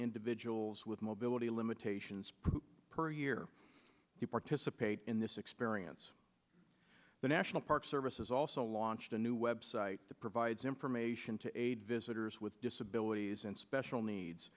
individuals with mobility limitations per year to participate in this experience the national park service has also launched a new web site that provides information to aid visitors with disabilities and special needs